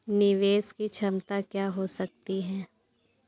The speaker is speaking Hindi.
निवेश की क्षमता क्या हो सकती है?